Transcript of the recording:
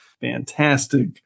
fantastic